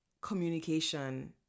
communication